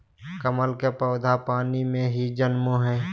कमल के पौधा पानी में ही जन्मो हइ